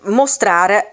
mostrare